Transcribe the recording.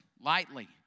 lightly